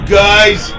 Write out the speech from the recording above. guys